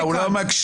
הוא לא מקשיב?